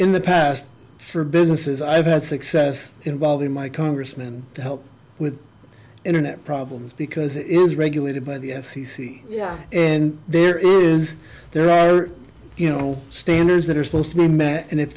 in the past for businesses i've had success involving my congressman to help with internet problems because it is regulated by the f c c yeah and there is there are you know standards that are supposed to be met and if